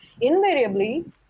invariably